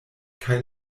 kaj